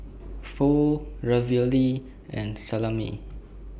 Pho Ravioli and Salami